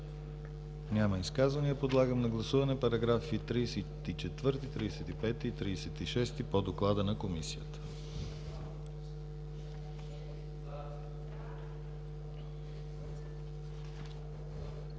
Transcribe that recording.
Няма изказвания. Подлагам на гласуване параграфи 55 и 56 по доклада на Комисията,